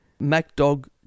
MacDog